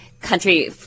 country